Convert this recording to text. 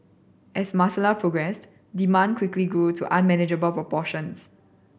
as Marcella progressed demand quickly grew to unmanageable proportions